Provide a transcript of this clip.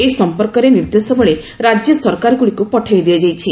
ଏ ସମ୍ପର୍କରେ ନିର୍ଦ୍ଦେଶାବଳୀ ରାଜ୍ୟ ସରକାର ଗୁଡ଼ିକୁ ପଠାଇ ଦିଆଯାଇଛି